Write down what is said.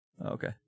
Okay